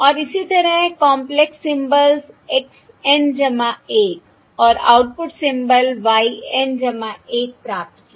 और इसी तरह कॉंपलेक्स सिम्बल्स x N 1 और आउटपुट सिम्बल y N 1 प्राप्त किया